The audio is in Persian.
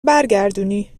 برگردونی